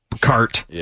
cart